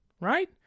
right